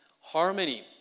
harmony